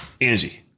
Angie